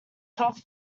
tough